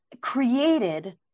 created